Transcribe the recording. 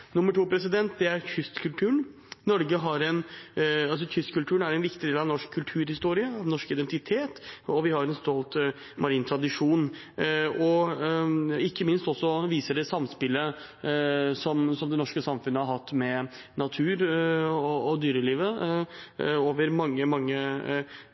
Kystkulturen er en viktig del av norsk kulturhistorie og norsk identitet, og vi har en stolt marin tradisjon. Ikke minst viser den samspillet det norske samfunnet har hatt med natur og dyreliv over mange,